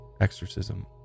exorcism